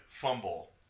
fumble